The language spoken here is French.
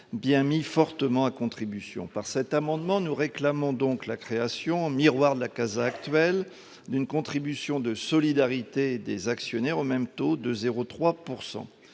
sont déjà fortement mis à contribution. Au travers de cet amendement, nous réclamons la création, en miroir de la CASA actuelle, d'une contribution de solidarité des actionnaires, au même taux de 0,3 %.